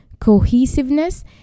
cohesiveness